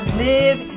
live